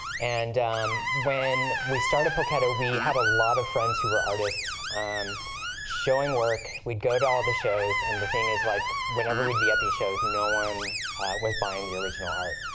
and um when we started poketo, we had a lot of friends who were artists showing work. we'd go to all the shows, and the thing is, like, whenever we'd be at these shows, no one was buying the original art.